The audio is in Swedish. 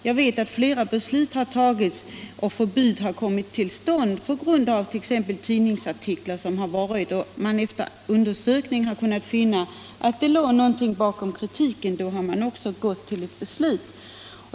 Jag vet att flera beslut har fattats och förbud kommit till stånd på grundval av tidningsartiklar. Har man genom undersökningar kunnat finna att det har legat någonting bakom kritiken, då har man också gått till ett beslut.